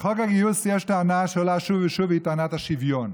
בחוק הגיוס יש טענה שעולה שוב ושוב והיא טענת השוויון,